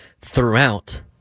throughout